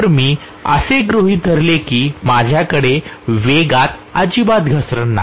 तर मी असे गृहीत धरले की माझ्याकडे वेगात अजिबात घसरण नाही